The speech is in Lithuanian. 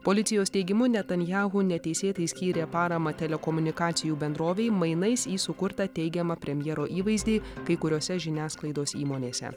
policijos teigimu netanjahu neteisėtai skyrė paramą telekomunikacijų bendrovei mainais į sukurtą teigiamą premjero įvaizdį kai kuriose žiniasklaidos įmonėse